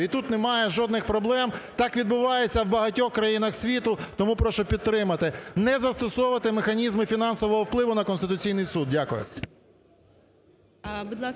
І тут немає жодних проблем, так відбувається в багатьох країнах світу. Тому прошу підтримати, не застосовувати механізму фінансового впливу на Конституційний Суд. Дякую.